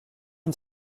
une